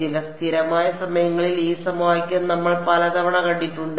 ചില സ്ഥിരമായ സമയങ്ങളിൽ ഈ സമവാക്യം നമ്മൾ പലതവണ കണ്ടിട്ടുണ്ട്